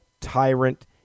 tyrant